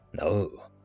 No